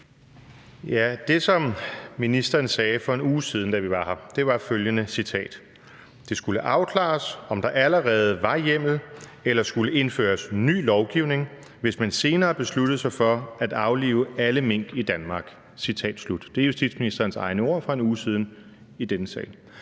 Det, som ministeren sagde for en uge siden, da vi var her, var følgende: »... det skulle afklares, om der allerede var hjemmel eller skulle indføres ny lovgivning, hvis man senere besluttede sig for at aflive alle mink i Danmark«. Det er justitsministerens egne ord fra for en uge siden i forbindelse